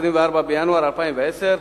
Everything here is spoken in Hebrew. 24 בינואר 2010,